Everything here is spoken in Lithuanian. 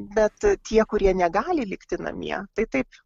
bet tie kurie negali likti namie tai taip